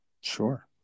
Sure